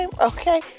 okay